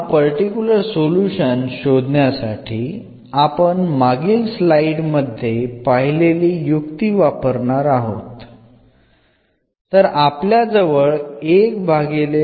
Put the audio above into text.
ഈ particular solution കണ്ടെത്തുന്നതിന് മുമ്പത്തെ സ്ലൈഡിൽ ചർച്ച ചെയ്ത ആശയം നമ്മൾ പ്രയോഗിക്കുന്നു